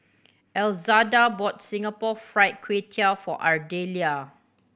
Elzada bought Singapore Fried Kway Tiao for Ardelia